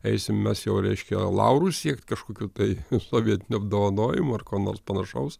eisim mes jau reiškia laurų siekt kažkokių tai sovietinių apdovanojimų ar ko nors panašaus